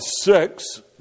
six